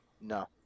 No